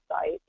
site